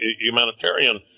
humanitarian